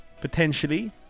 potentially